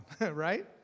right